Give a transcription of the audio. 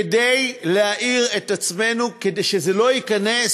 כדי להעיר את עצמנו, כדי שזה לא ייכנס